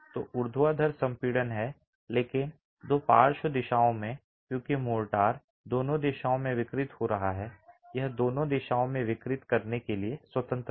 तो ऊर्ध्वाधर संपीड़न है लेकिन दो पार्श्व दिशाओं में क्योंकि मोर्टार दोनों दिशाओं में विकृत हो रहा है यह दोनों दिशाओं में विकृत करने के लिए स्वतंत्र है